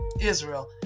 Israel